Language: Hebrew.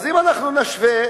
אז אם אנחנו נשווה